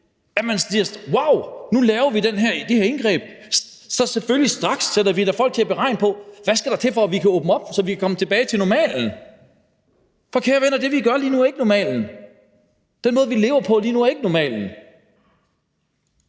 at vi siger: Wauw, nu laver vi det her indgreb, og så sætter vi da selvfølgelig straks folk til at regne på, hvad der skal til, for at vi kan åbne op, så vi kan komme tilbage til normalen? For kære venner, det, vi gør lige nu, er ikke normalen. Den måde, vi lever på lige nu, er ikke normalen.